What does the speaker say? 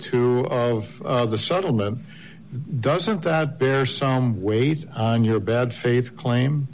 two of the settlement doesn't that bear some weight on your bad